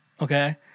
Okay